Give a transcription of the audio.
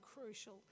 crucial